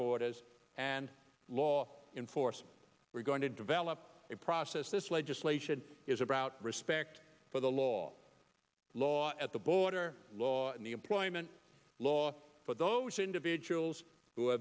borders and law enforcement we're going to develop a process this legislate it is about respect for the law law at the border law and the employment law for those individuals who